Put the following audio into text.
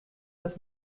das